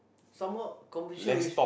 some more conversation with